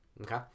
Okay